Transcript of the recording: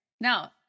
now